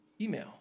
email